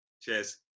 Cheers